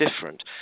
different